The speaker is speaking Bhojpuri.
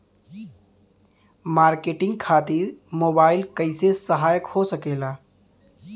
मार्केटिंग खातिर मोबाइल कइसे सहायक हो सकेला?